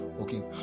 Okay